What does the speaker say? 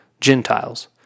Gentiles